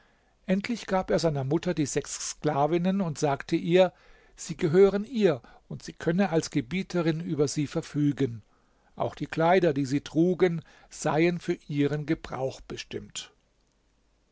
endlich gab er seiner mutter die sechs sklavinnen und sagte ihr sie gehören ihr und sie könne als gebieterin über sie verfügen auch die kleider die sie trugen seien für ihren gebrauch bestimmt